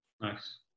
nice